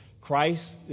Christ